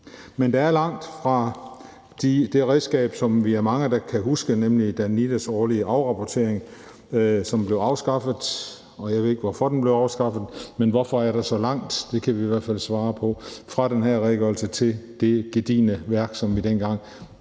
Men det er langt fra det redskab, som vi er mange, der kan huske, nemlig Danidas årlige afrapportering, som blev afskaffet. Jeg ved ikke, hvorfor den blev afskaffet, men vi kan i hvert fald svare på, hvorfor der er så langt fra den her redegørelse til det gedigne værk, som dengang gav et